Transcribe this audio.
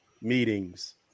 meetings